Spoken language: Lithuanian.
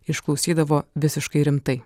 išklausydavo visiškai rimtai